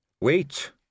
Wait